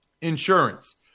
insurance